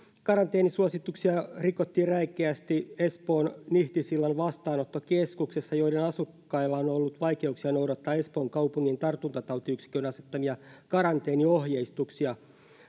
karanteenisuosituksia rikottiin räikeästi espoon nihtisillan vastaanottokeskuksessa jonka asukkailla on on ollut vaikeuksia noudattaa espoon kaupungin tartuntatautiyksikön asettamia karanteeniohjeistuksia